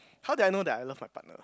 how did I know that I love my partner